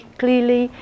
clearly